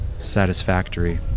satisfactory